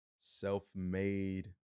self-made